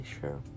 sure